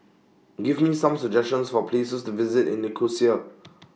Give Me Some suggestions For Places to visit in Nicosia